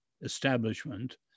establishment